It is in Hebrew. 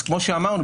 אז כמוח שאמרנו,